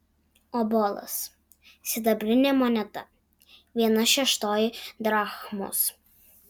obolas sidabrinė moneta viena šeštoji drachmos